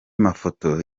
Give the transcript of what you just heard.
mafoto